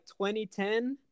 2010